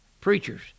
preachers